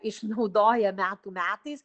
išnaudoja metų metais